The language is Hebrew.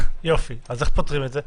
אז איך פותרים את זה?